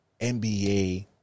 NBA